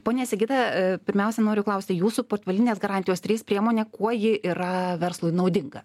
ponia sigita pirmiausia noriu klausti jūsų portfelinės garantijos trys priemonė kuo ji yra verslui naudinga